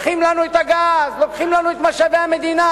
לוקחים לנו את הגז, לוקחים לנו את משאבי המדינה.